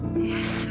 Yes